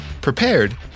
prepared